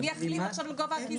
אז מי יחליט עכשיו על גובה הקיזוז?